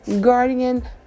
guardian